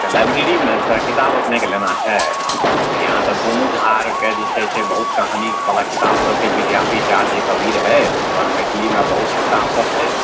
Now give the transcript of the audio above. लाइब्रेरीमे सँ किताब अपनेके लेना छै अहाँ यहाँ तऽ गोनू झा आरके जे छै से बहुत कहानीवला किताब सब छै विद्यापित जे कवि रहय उपर मैथिलीमे बहुत किताब सब छै